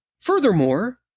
furthermore,